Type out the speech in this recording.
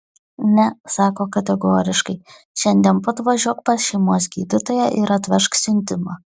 ne sako kategoriškai šiandien pat važiuok pas šeimos gydytoją ir atvežk siuntimą